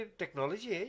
technology